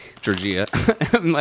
Georgia